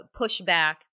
pushback